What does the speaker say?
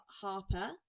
Harper